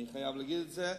אני חייב להגיד את זה,